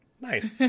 Nice